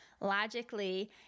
logically